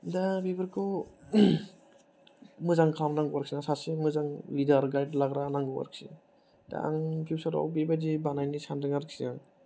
दा बेफोरखौ मोजां खालामनांगौ आरोखिना सासे मोजां गाइद लाग्रा लिदार नांगौ आरोखि दा आं फिउसाराव बेबादि बानायनो सान्दों आरोखिना